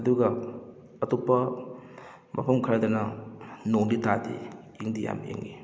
ꯑꯗꯨꯒ ꯑꯇꯣꯞꯄ ꯃꯐꯝ ꯈꯔꯗꯅ ꯅꯣꯡꯗꯤ ꯇꯥꯗꯦ ꯏꯪꯗꯤ ꯌꯥꯝ ꯏꯪꯏ